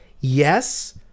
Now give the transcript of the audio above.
yes